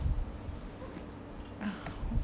ah